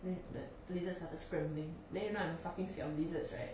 then the the lizard started scrambling then you know I'm fucking scared of lizards right